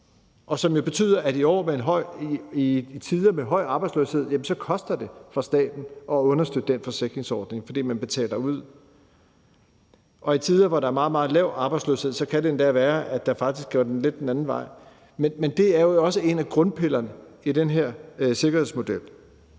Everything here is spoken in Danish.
og den betyder, at i tider med høj arbejdsløshed koster det staten penge at understøtte den forsikringsordning, fordi man betaler ud, og i tider, hvor der er meget, meget lav arbejdsløshed, kan det endda være, at det faktisk kan gå lidt den anden vej. Men det er jo også en af grundpillerne i den her sikkerhedsmodel.